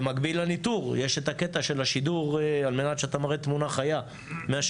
במקביל לניטור יש את הקטע של השידור על מנת שאתה מראה תמונה חיה מהשטח,